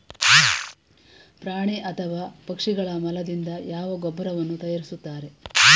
ಪ್ರಾಣಿ ಅಥವಾ ಪಕ್ಷಿಗಳ ಮಲದಿಂದ ಯಾವ ಗೊಬ್ಬರವನ್ನು ತಯಾರಿಸುತ್ತಾರೆ?